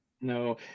no